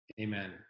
Amen